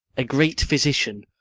a great physician,